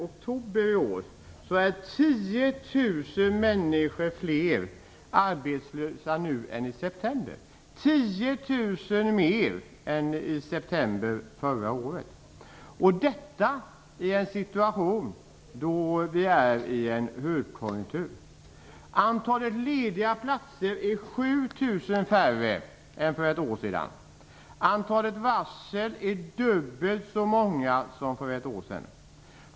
oktober i år är 10.000 fler människor arbetslösa nu än i september förra året. Detta i en situation då vi befinner oss i en högkonjunktur. Antalet lediga platser är 7.000 färre än för ett år sedan. Antalet varsel är dubbelt så många som för ett år sedan.